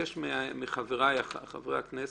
מבקש מחבריי חברי הכנסת,